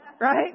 right